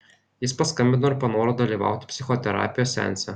jis paskambino ir panoro dalyvauti psichoterapijos seanse